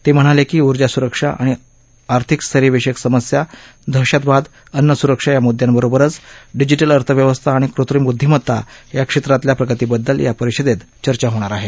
ते म्हणाले की ऊर्जा सुरक्षा आणि आर्थिक स्थैर्य विषयक समस्या दहशतवाद अन्नसुरक्षा या मुद्द्यांबरोबरच डिजिटल अर्थव्यवस्था आणि कृत्रिम बुद्धिमत्ता या क्षेत्रांतल्या प्रगतीबद्दल या परिषदेत चर्चा होणार आहे